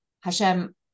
Hashem